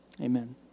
Amen